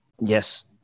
Yes